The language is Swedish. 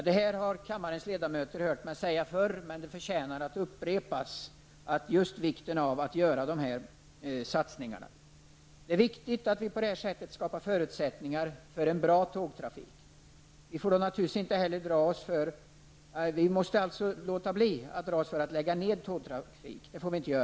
Det här har kammarens ledamöter hört mig säga förr, men det förtjänar att upprepas att det är viktigt att göra dessa satsningar. Det är betydelsefullt att vi på detta sätt skapar förutsättningar för en bra tågtrafik. Vi får då givetvis inte heller dra in och lägga ned tågtrafik.